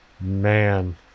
Man